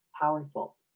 Powerful